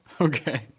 Okay